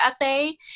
essay